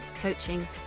coaching